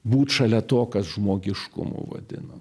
būt šalia to kas žmogiškumu vadinam